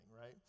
right